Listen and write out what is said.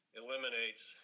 eliminates